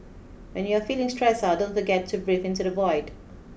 when you are feeling stressed out don't forget to breathe into the void